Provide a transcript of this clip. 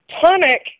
tonic